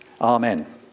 Amen